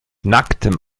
nacktem